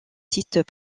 sites